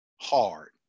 hard